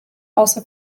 also